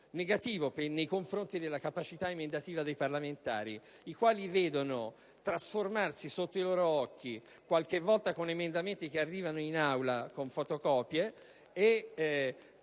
negativo nei confronti della capacità emendativa dei parlamentari, i quali vedono trasformarsi il provvedimento sotto i loro occhi, qualche volta con emendamenti presentati in Aula in fotocopia, e